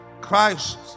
Christ